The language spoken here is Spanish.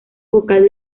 vocal